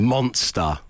Monster